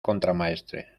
contramaestre